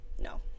No